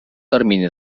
termini